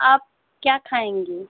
आप क्या खायेंगे